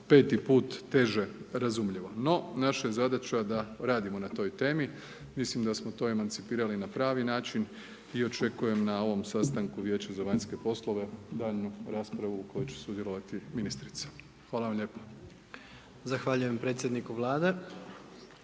peti put, teže razumljivo. No, naša je zadaća da radimo na toj temi mislim da smo to emancipirali na pravi način i očekujem na ovom sastanku Vijeća za vanjske poslove daljnju raspravu u kojoj će sudjelovati ministrica. Hvala vam lijepo. **Jandroković, Gordan